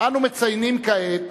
אנו מציינים כעת,